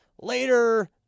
Later